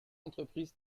entreprise